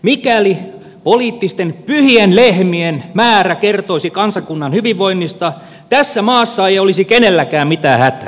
mikäli poliittisten pyhien lehmien määrä kertoisi kansakunnan hyvinvoinnista tässä maassa ei olisi kenelläkään mitään hätää